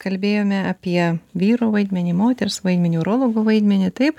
kalbėjome apie vyro vaidmenį moters vaidmenį urologų vaidmenį taip